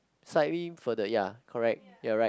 slightly further ya correct you're right